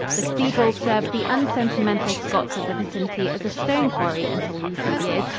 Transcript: the cathedral served the unsentimental scots of the vicinity as a stone-quarry until recent years,